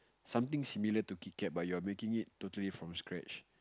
something similar to Kit-Kat but you are making it totally from scratch